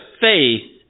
faith